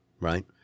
right